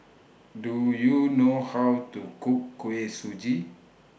Do YOU know How to Cook Kuih Suji